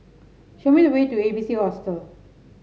show me the way to A B C Hostel